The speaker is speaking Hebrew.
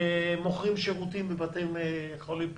שמוכרים שירותים בבתי חולים פרטיים.